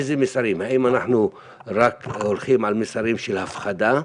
האם אנחנו הולכים רק על מסרים של הפחדה,